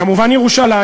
וכמובן ירושלים,